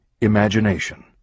imagination